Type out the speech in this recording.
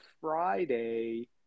Friday